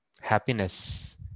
happiness